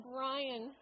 Brian